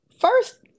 first